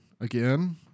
again